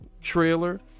trailer